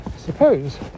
Suppose